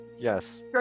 Yes